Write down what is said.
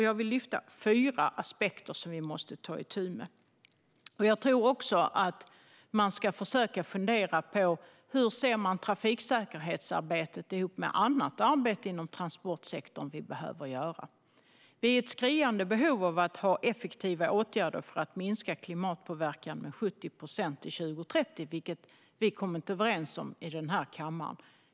Jag vill lyfta fram fyra aspekter som vi måste ta itu med. Jag tror också att man ska försöka att fundera på hur man ser på trafiksäkerhetsarbetet ihop med annat arbete inom transportsektorn som vi behöver göra. Vi är i skriande behov av effektiva åtgärder för att minska klimatpåverkan med 70 procent till 2030, vilket vi har kommit överens om i den här kammaren.